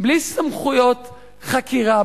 בלי סמכויות חקירה.